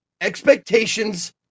expectations